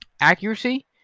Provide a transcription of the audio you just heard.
accuracy